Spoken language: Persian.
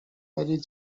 ولی